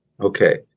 Okay